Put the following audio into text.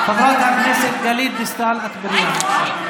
חברת הכנסת גלית דיסטל אטבריאן.